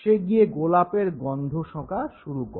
সে গিয়ে গোলাপের গন্ধ শোঁকা শুরুন করে